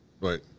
Right